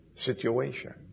situation